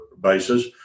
basis